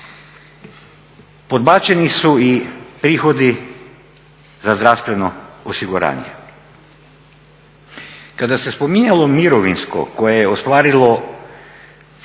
Podbačeni su i prihodi za zdravstveno osiguranje. Kada se spominjalo mirovinsko koje je ostvarilo